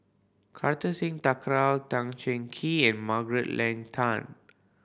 Kartar Singh Thakral Tan Cheng Kee and Margaret Leng Tan